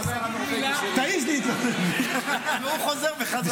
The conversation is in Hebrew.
האם אתה מוכן להצטרף -- אתה מסכים להצעה של יסמין?